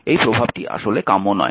এই প্রভাবটি আসলে কাম্য নয়